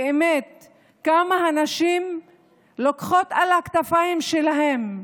כמה הנשים לוקחות על הכתפיים שלהן,